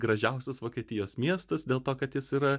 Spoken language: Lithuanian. gražiausias vokietijos miestas dėl to kad jis yra